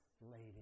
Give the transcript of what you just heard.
lady